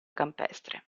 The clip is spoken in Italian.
campestre